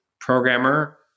programmer